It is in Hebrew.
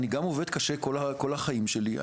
אני גם עובד קשה כל החיים שלי,